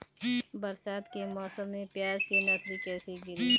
बरसात के मौसम में प्याज के नर्सरी कैसे गिरी?